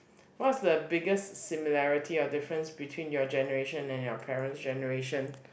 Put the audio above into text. what's the biggest similarity or difference between your generation and your parents generation